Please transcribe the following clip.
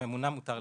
לממונה מותר.